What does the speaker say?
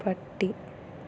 പട്ടി